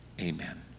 Amen